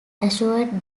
assured